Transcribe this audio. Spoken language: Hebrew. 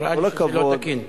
נראה לי שזה לא תקין.